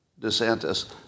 DeSantis